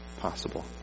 possible